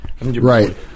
Right